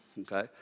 okay